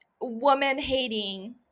woman-hating